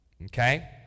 Okay